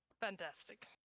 Fantastic